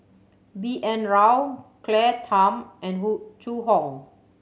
B N Rao Claire Tham and Zhu Hong